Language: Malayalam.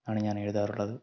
ആണ് ഞാൻ എഴുതാറുള്ളത്